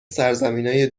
سرزمینای